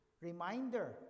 reminder